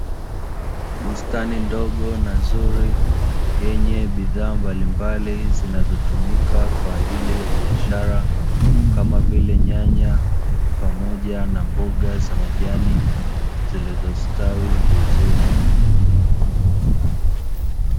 Bustani ndogo na nzuri yenye bidhaa mbalimbali zinazotumika kwa ajili ya biashara, kama vile nyanya pamoja na mboga za majani; zilizostawi vizuri.